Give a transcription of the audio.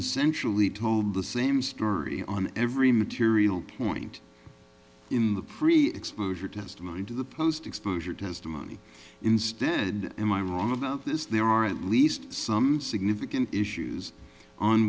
essentially told the same story on every material point in the pre exposure testimony to the post exposure testimony instead am i wrong about this there are at least some significant issues on